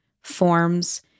forms